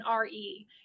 RE